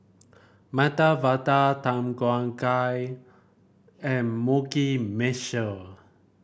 Medu Vada Tom Kha Gai and Mugi Meshi